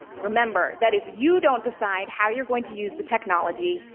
remember that if you don't decide how you're going to use the technology,